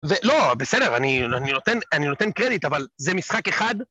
ולא, בסדר, אני נותן קרדיט, אבל זה משחק אחד.